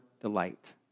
delight